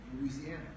Louisiana